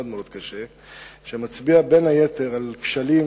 מאוד-מאוד קשה, שמצביע בין היתר על כשלים